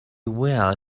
well